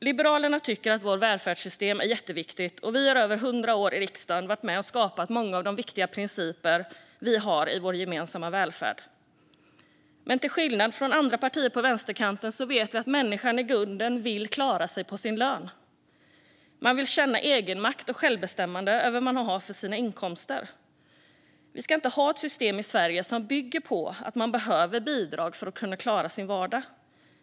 Liberalerna tycker att vårt välfärdssystem är jätteviktigt, och vi har under mer än hundra år i riksdagen varit med och skapat många av de viktiga principer som vi har i vår gemensamma välfärd. Men till skillnad från partier på vänsterkanten vet vi att människan i grunden vill klara sig på sin lön. Man vill känna egenmakt och självbestämmande över sina inkomster. Vi ska inte ha ett system i Sverige som bygger på att man behöver bidrag för att kunna klara sin vardag.